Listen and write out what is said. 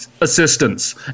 assistance